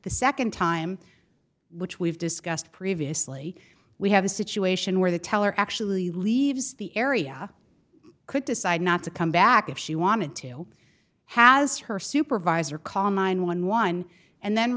the nd time which we've discussed previously we have a situation where the teller actually leaves the area could decide not to come back if she wanted to has her supervisor call nine hundred and eleven and then